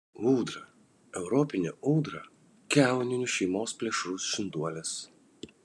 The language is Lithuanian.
ūdra europinė ūdra kiauninių šeimos plėšrus žinduolis